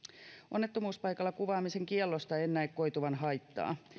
onnettomuuspaikalla kuvaamisen kiellosta en näe koituvan haittaa